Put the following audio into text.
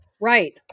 Right